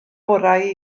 orau